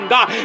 God